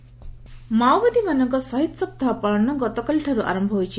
ଶହୀଦ୍ ସପ୍ତାହ ମାଓବାଦୀ ମାଓବାଦୀମାନଙ୍କ ଶହୀଦ୍ ସପ୍ତାହ ପାଳନ ଗତକାଲିଠାରୁ ଆର ହୋଇଛି